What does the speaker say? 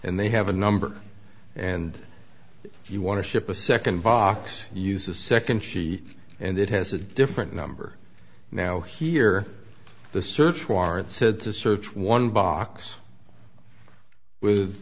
and they have a number and if you want to ship a second box use a second she and it has a different number now here the search warrant said to search one box with